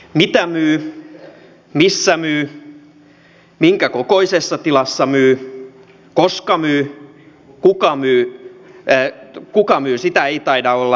mitä myy missä myy minkä kokoisessa tilassa myy koska myy kuka myy kuka myy sitä ei taida olla